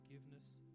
forgiveness